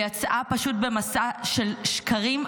היא יצאה פשוט במסע של שקרים,